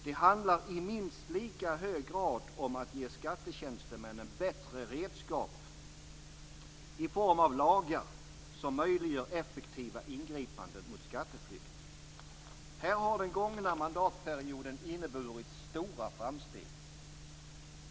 Det handlar i minst lika hög grad om att ge skattetjänstemännen bättre redskap i form av lagar som möjliggör effektiva ingripanden mot skatteflykt. Här har den gångna mandatperioden inneburit stora framsteg.